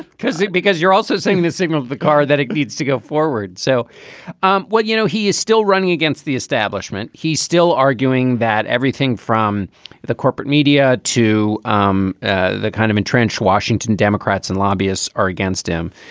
it because you're also saying the signal to the car that it needs to go forward so what, you know, he is still running against the establishment. he's still arguing that everything from the corporate media to um ah the kind of entrenched washington democrats and lobbyists are against him.